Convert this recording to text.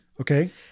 Okay